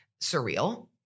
surreal